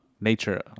Nature